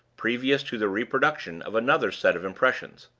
previous to the reproduction of another set of impressions.